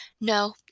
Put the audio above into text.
no